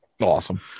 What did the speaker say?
Awesome